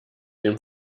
dem